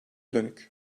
dönük